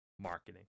Marketing